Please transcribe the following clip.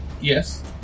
Yes